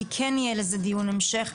כי כן יהיה לזה דיון המשך,